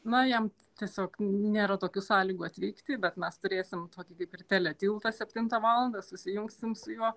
na jam tiesiog nėra tokių sąlygų atvykti bet mes turėsim tokį kaip ir tele tiltą septintą valandą susijungsim su juo